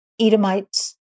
Edomites